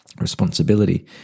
responsibility